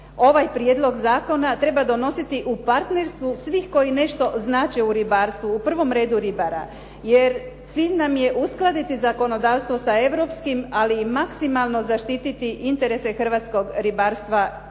ovaj prijedlog zakona, treba donositi u partnerstvu svih koji nešto znače u ribarstvu, u prvom redu ribara. Jer cilj nam je uskladiti zakonodavstvo sa europskim, ali i maksimalno zaštititi interese hrvatskog ribarstva